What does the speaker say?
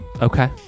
okay